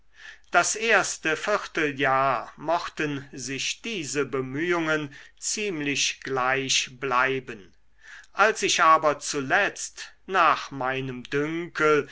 das erste vierteljahr mochten sich diese bemühungen ziemlich gleich bleiben als ich aber zuletzt nach meinem dünkel